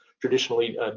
traditionally